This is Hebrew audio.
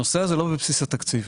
הנושא הזה לא בבסיס התקציב,